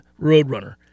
Roadrunner